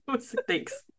Thanks